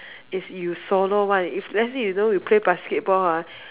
is you solo [one] if let's say you know you play basketball ah